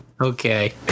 Okay